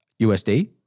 USD